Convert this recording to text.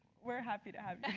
we're happy to have